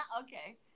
Okay